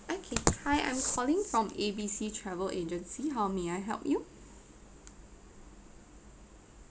okay hi I'm calling from A B C travel agency how may I help you